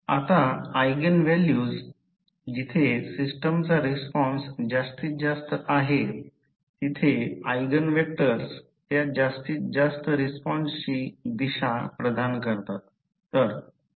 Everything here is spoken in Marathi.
आता ऎगेन व्हॅल्यूज जिथे सिस्टमचा रिस्पॉन्स जास्तीत जास्त आहे तिथे ऎगेन व्हेक्टर्स त्या जास्तीत जास्त रिस्पॉन्सची दिशा प्रदान करतात